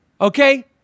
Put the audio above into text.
Okay